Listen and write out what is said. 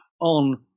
on